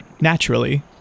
Naturally